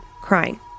crying